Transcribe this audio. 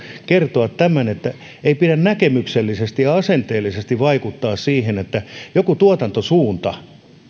kertoa tämän ettei pidä näkemyksellisesti ja asenteellisesti vaikuttaa siihen että joku tuotantosuunta